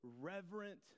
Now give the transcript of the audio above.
reverent